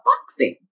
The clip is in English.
boxing